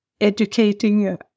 educating